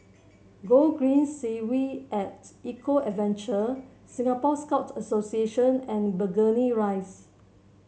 Gogreen Segway at Eco Adventure Singapore Scout Association and Burgundy Rise